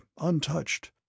untouched